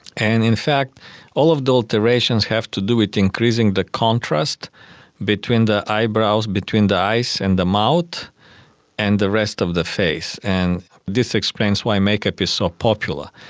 and in fact all of the alterations have to do with increasing the contrast between the eyebrows, between the eyes and the mouth and the rest of the face. and this explains why makeup is so popular,